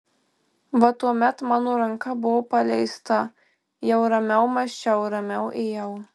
va tuomet mano ranka buvo paleista jau ramiau mąsčiau ramiau ėjau